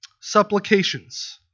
supplications